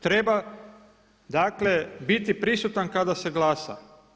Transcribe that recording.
Treba dakle biti prisutan kada se glasa.